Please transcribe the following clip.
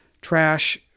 trash